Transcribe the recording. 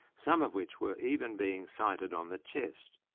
some of which were even being sited on the chest.